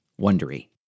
wondery